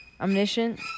Omniscient